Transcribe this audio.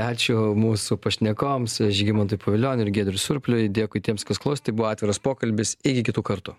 ačiū mūsų pašnekovams žygimantui pavilioniui ir giedriui surpliui dėkui tiems kas klausė tai buvo atviras pokalbis iki kitų kartų